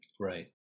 Right